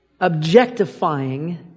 objectifying